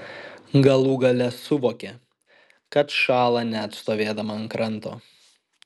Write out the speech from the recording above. galų gale suvokė kad šąla net stovėdama ant kranto